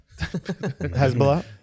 Hezbollah